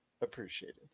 appreciated